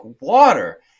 water